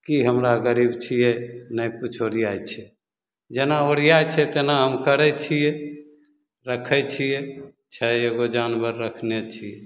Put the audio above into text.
की हमरा गरीब छियै नहि किछो ओरियाइ छै जेना ओरियाइ छै तेना हम करै छियै रखै छियै छै एगो जानवर रखने छी